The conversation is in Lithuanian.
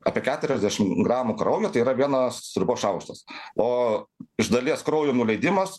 apie keturiasdešim gramų kraujo tai yra vienas sriubos šaukštas o iš dalies kraujo nuleidimas